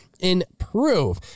improve